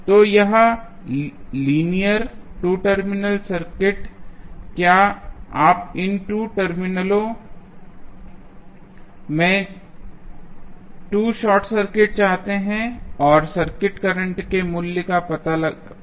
तो यह network linear 2 terminal होगा क्या आप इन 2 टर्मिनलों में 2 शॉर्ट सर्किट चाहते हैं और सर्किट करंट के मूल्य का पता लगा सकते हैं